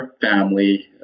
family